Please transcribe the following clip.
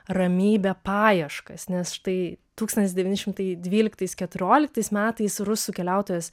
ramybė paieškas nes štai tūkstantis devyni šimtai dvyliktais keturioliktais metais rusų keliautojas